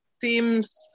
seems